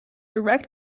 direct